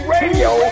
Radio